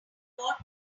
what